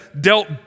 dealt